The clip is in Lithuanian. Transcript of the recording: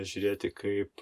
žiūrėti kaip